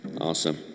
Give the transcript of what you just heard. Awesome